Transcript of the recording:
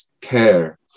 care